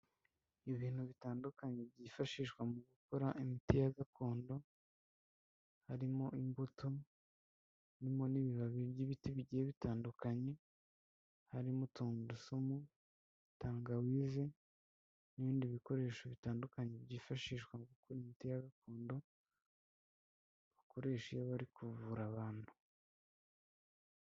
Ibintu bitandukanye byifashishwa mu gukora imiti ya gakondo harimo imbuto, harimo n'ibibabi by'ibiti bigiye bitandukanye, harimo tungurusumu, tangawizi n'ibindi bikoresho bitandukanye byifashishwa mu gukora imiti ya gakondo bakoresha iyo bari kuvura abantu.